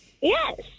Yes